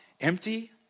empty